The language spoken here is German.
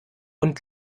und